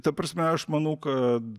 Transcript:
ta prasme aš manau kad